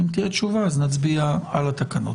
אם תהיה תשובה אז נצביע על התקנות.